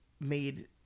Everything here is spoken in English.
made